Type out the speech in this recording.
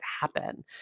happen